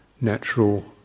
natural